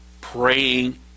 praying